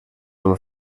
del